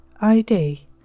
ID